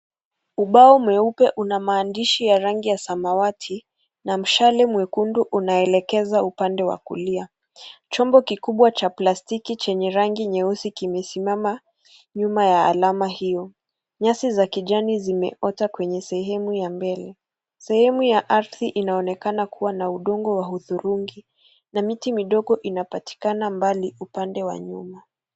Ubao mweupe una maandishi ya rangi samawati na mshale mwekundu unaoelekeza upande wa kulia. Chombo kikubwa cha plastiki chenye rangi nyeusi kimesimama nyuma ya alama hio, nyasi za kijani zimeota kwenye sehemu ya mbele. Sehemu ya ardhi inaonekana kuwa na udongo wa rangi ya udhurungi na miti midogo inapatikana mbali upande wa nyuma.